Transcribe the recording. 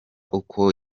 uko